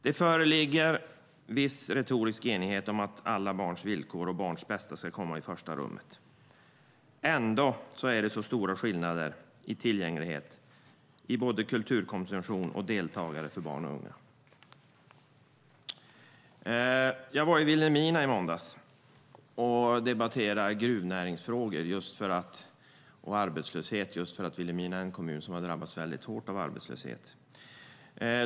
Det föreligger viss retorisk enighet om att alla barns villkor och barnens bästa ska komma i första rummet. Ändå är det så stora skillnader i tillgänglighet i både kulturkonsumtion och deltagande för barn och unga. Jag var i Vilhelmina i måndags och debatterade gruvnäringsfrågor och arbetslöshet, just för att Vilhelmina är en kommun som har drabbats väldigt hårt av arbetslöshet.